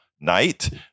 night